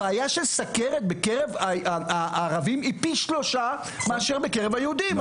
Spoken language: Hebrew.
הבעיה של סכרת בקרב הערבים היא פי שלושה מאשר בקרב היהודים.